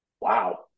Wow